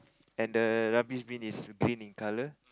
and the rubbish bin is pink in colour